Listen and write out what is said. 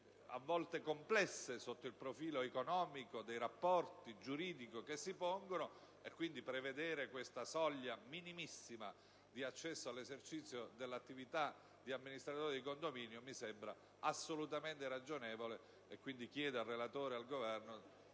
a volte complesse sotto il profilo economico, dei rapporti giuridici che si pongono. Quindi, prevedere questa soglia minimissima di accesso all'esercizio dell'attività di amministratore di condominio mi sembra assolutamente ragionevole. Pertanto, chiedo al relatore e alla